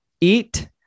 Eat